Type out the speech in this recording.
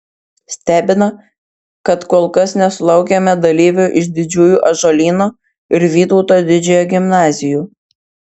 stebina kad kol kas nesulaukėme dalyvių iš didžiųjų ąžuolyno ir vytauto didžiojo gimnazijų